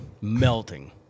melting